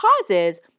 causes